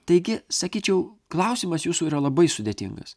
taigi sakyčiau klausimas jūsų yra labai sudėtingas